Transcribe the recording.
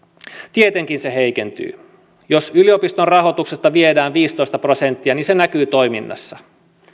tietenkin se heikentyy jos yliopiston rahoituksesta viedään viisitoista prosenttia niin se näkyy toiminnassa